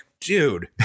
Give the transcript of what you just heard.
Dude